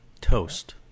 Toast